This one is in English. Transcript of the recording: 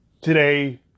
today